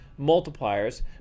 multipliers